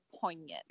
poignant